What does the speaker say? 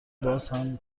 بازهم